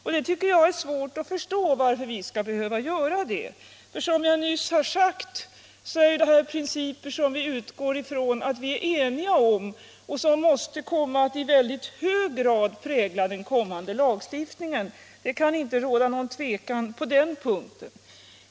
Jag tycker det är svårt att förstå varför vi skall behöva vänta på detta, för som jag nyss har sagt är det här principer som vi utgår från att det råder enighet om och som måste komma att i hög grad prägla den blivande lagstiftningen. Det kan inte råda något tvivel på den punkten.